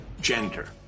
gender